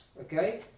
Okay